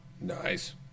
nice